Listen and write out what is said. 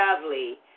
lovely